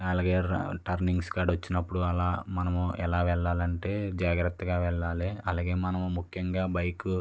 అలాగే టర్నింగ్స్ కడ వచ్చినప్పుడు అలా మనము ఎలా వెళ్ళాలంటే జాగ్రత్తగా వెళ్ళాలి అలాగే మనం ముఖ్యంగా బైకు